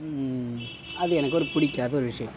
அது எனக்கு ஒரு பிடிக்காத ஒரு விஷயம்